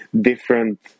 different